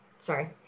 sorry